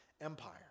Empire